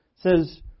says